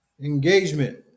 engagement